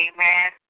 Amen